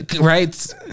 Right